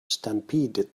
stampeded